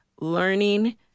learning